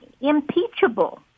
impeachable